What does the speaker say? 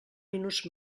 minuts